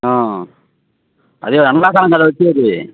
అదే ఎండాకాలం కదా వచ్చేది